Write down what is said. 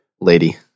lady